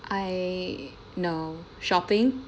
I no shopping